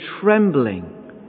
trembling